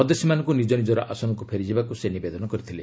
ସଦସ୍ୟମାନଙ୍କୁ ନିଜ ନିଜର ଆସନକୁ ଫେରିଯିବାକୁ ସେ ନିବେଦନ କରିଥିଲେ